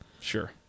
Sure